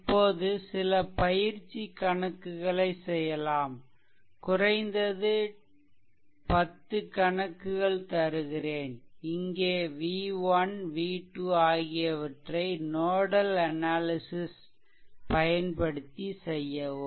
இப்போது சில பயிற்சி கணக்குகளை செய்யலாம் குறைந்தது 10 கணக்குகள் தருகிறேன் இங்கே v1 v2 ஆகியவற்றை நோடல் அனாலிசிஷ் பயன்படுத்தி செய்யவும்